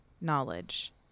knowledge